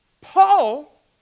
Paul